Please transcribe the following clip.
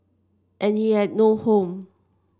and he had no home